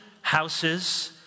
houses